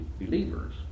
believers